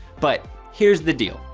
but here's the deal,